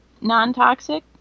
non-toxic